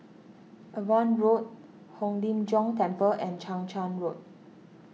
Avon Road Hong Lim Jiong Temple and Chang Charn Road